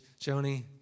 Joni